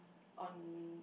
on